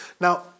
Now